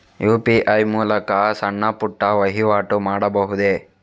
UPI ಮೂಲಕ ಸಣ್ಣ ಪುಟ್ಟ ವಹಿವಾಟು ಮಾಡಬಹುದೇ?